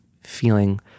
feeling